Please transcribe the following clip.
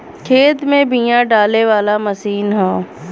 खेत में बिया डाले वाला मशीन हौ